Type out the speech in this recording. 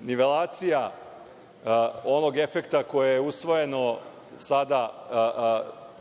nivelacija ovog efekta koji je usvojen sada